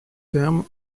fermes